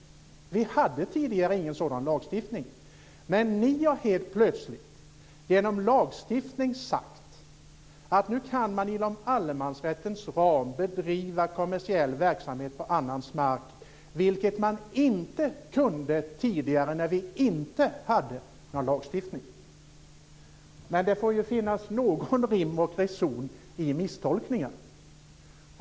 Vi hade tidigare ingen sådan lagstiftning. Nu har ni helt plötsligt genom lagstiftning sagt att man inom allemansrättens ram kan bedriva kommersiell verksamhet på annans mark, vilket man inte kunde tidigare när vi inte hade någon lagstiftning. Det får finnas någon rim och reson i misstolkningen.